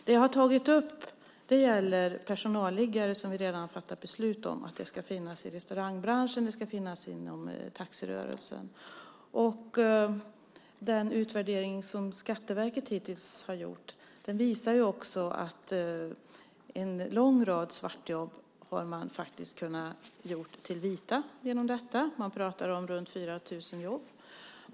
Det jag har tagit upp gäller personalliggare, som vi redan har fattat beslut om ska finnas i restaurangbranschen och inom taxirörelsen. Den utvärdering som Skatteverket hittills har gjort visar också att man faktiskt har kunnat göra en lång rad svartjobb till vita genom detta. Man pratar om runt 4 000 jobb.